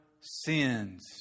sins